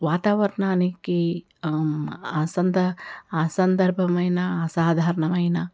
వాతావరణానికి అసంద అసందర్భమైన అసాధారణమైన